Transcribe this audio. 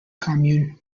commune